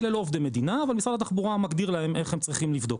אלה לא עובדי מדינה אבל משרד התחבורה מגדיר להם איך הם צריכים לבדוק.